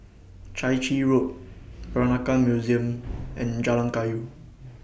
Chai Chee Road Peranakan Museum and Jalan Kayu